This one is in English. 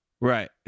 right